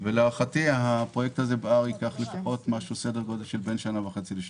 להערכתי הפרויקט בהר ייקח סדר גודל של שנה וחצי או שנתיים.